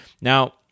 now